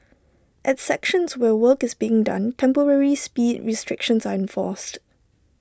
at sections where work is being done temporary speed restrictions are enforced